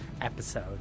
episode